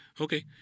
Okay